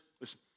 listen